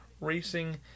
racing